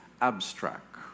abstract